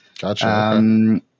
Gotcha